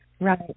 Right